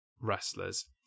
wrestlers